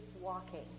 Walking